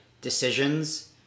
decisions